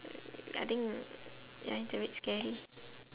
I think uh ya it's a bit scary